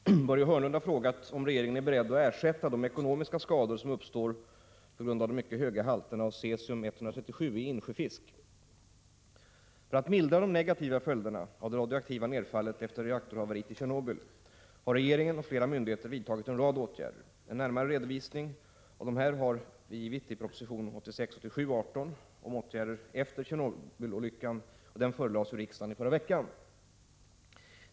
Herr talman! Börje Hörnlund har frågat om regeringen är beredd att ersätta de ekonomiska skador som uppstår på grund av de mycket höga halterna av cesium-137 i insjöfisk. För att mildra de negativa följderna av det radioaktiva nedfallet efter reaktorhaveriet i Tjernobyl har regeringen och flera myndigheter vidtagit en rad åtgärder. En närmare redovisning av dessa har regeringen presenterat i proposition 1986/87:18 om vissa åtgärder m.m. efter Tjernobylolyckan, som förelades riksdagen i förra veckan.